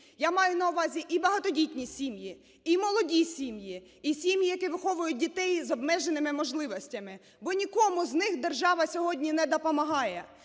Я маю на увазі і багатодітні сім'ї, і молоді сім'ї, і сім'ї, які виховують дітей з обмеженими можливостями. Бо нікому з них держава сьогодні не допомагає.